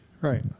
Right